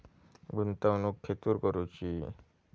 गुंतवणुक खेतुर करूची?